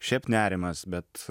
šiaip nerimas bet